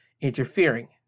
interfering